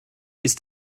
ist